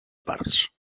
parts